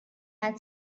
had